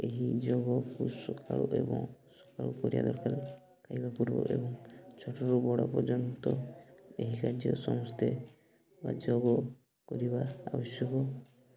ଏହି ଯୋଗ ସକାଳୁ ଏବଂ ସକାଳୁ କରିବା ଦରକାର ଖାଇବା ପୂର୍ବ ଏବଂ ଛୋଟରୁ ବଡ଼ ପର୍ଯ୍ୟନ୍ତ ଏହି କାର୍ଯ୍ୟ ସମସ୍ତେ ବା ଯୋଗ କରିବା ଆବଶ୍ୟକ